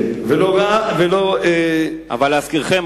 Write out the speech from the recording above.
אבל להזכירכם,